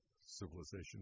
civilization